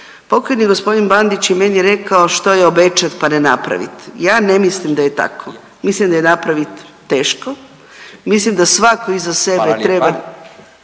Pokojni g. Bandić je meni rekao što je obećati pa ne napraviti. Ja ne mislim da je tako. Mislim da je napraviti teško, mislim da svatko iza sebe treba